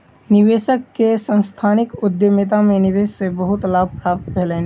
निवेशक के सांस्थानिक उद्यमिता में निवेश से बहुत लाभ प्राप्त भेलैन